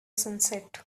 sunset